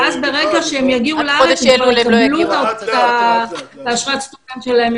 ואז ברגע שהם יגיעו לארץ הם יקבלו את אשרת הסטודנט שלהם.